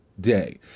day